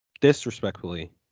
disrespectfully